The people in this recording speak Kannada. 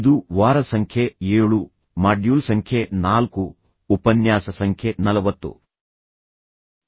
ಇದು ವಾರ ಸಂಖ್ಯೆ 7 ಮಾಡ್ಯೂಲ್ ಸಂಖ್ಯೆ 4 ಉಪನ್ಯಾಸ ಸಂಖ್ಯೆ 40